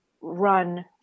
run